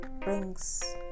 brings